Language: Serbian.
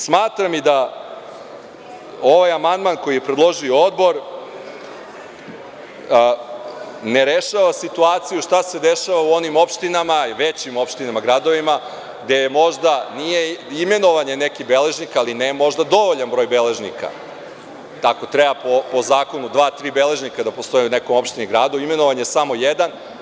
Smatram da ovaj amandman koji je predložio Odbor ne rešava situaciju šta se dešava u onim opštinama, većim opštinama, gradovima, gde je možda imenovanje nekih beležnika, ali možda ne dovoljan broj beležnika, kako treba po zakonu dva, tri beležnika da postoji u nekoj opštini, gradu, već je imenovan samo jedan.